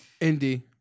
Indy